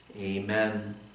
Amen